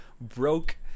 broke